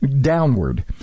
downward